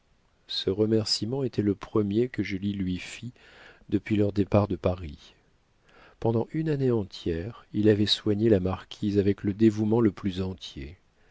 ce remerciement était le premier que julie lui fît depuis leur départ de paris pendant une année entière il avait soigné la marquise avec le dévouement le plus entier